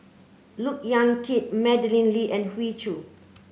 Look Yan Kit Madeleine Lee and Hoey Choo